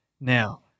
now